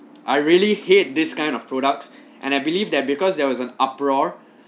I really hate this kind of products and I believe that because there was an uproar